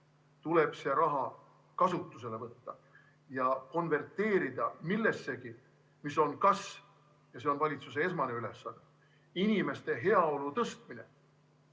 tuleb see kasutusele võtta ja konverteerida millessegi, mis on – ja see on valitsuse esmane ülesanne – kas inimeste heaolu tõstmine